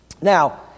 Now